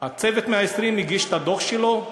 "צוות 120" הגיש את הדוח שלו,